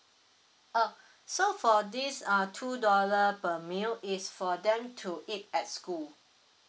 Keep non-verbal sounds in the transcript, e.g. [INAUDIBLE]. uh [BREATH] so for this uh two dollar per meal is for them to eat at school